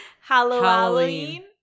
halloween